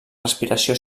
respiració